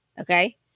Okay